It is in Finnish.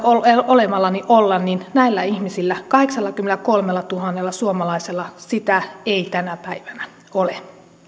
olevalla työntekijällä olla niin näillä kahdeksallakymmenelläkolmellatuhannella suomalaisella sitä ei tänä päivänä ole